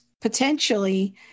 potentially